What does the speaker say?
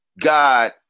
God